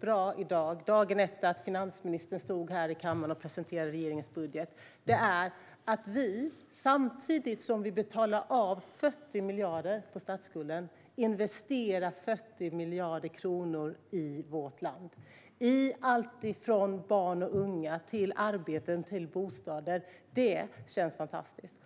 bra i dag, dagen efter att finansministern stod här i kammaren och presenterade regeringens budget, är att vi samtidigt som vi betalar av 40 miljarder på statsskulden investerar 40 miljarder kronor i vårt land. Vi investerar i alltifrån barn och unga till arbeten och bostäder. Det känns fantastiskt.